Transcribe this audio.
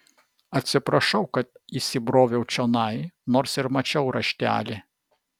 atsiprašau kad įsibroviau čionai nors ir mačiau raštelį